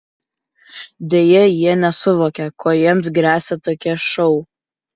deja jie nesuvokia kuo jiems gresia tokie šou